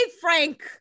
frank